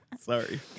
Sorry